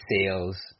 sales